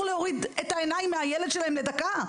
להוריד את העיניים מהילד שלהם אפילו לא לדקה?